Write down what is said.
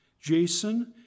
Jason